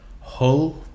Hull